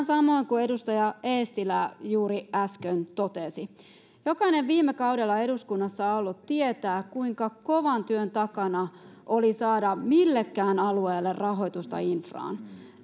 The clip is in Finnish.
samoin kuin edustaja eestilä juuri äsken totesi jokainen viime kaudella eduskunnassa ollut tietää kuinka kovan työn takana oli saada millekään alueelle rahoitusta infraan